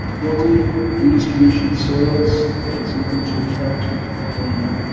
locally redistribution of soils is known to affect the